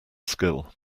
skill